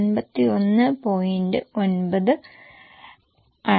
9 ആണ്